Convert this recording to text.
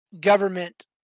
government